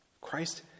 Christ